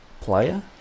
player